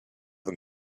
them